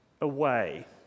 away